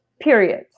period